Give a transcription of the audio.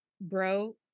bro